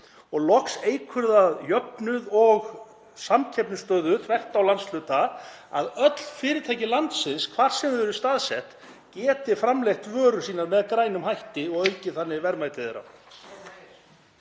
Loks eykur það jöfnuð og samkeppnisstöðu þvert á landshluta að öll fyrirtæki landsins, hvar sem þau eru staðsett, geti framleitt vörur sínar með grænum hætti og aukið þannig verðmæti þeirra.